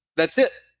that's it.